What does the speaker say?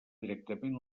directament